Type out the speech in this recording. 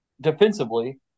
defensively